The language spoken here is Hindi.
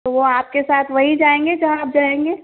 तो वो आप के साथ वहीं जाएंगे जहाँ आप जाएंगे